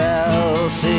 else